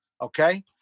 okay